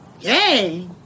yay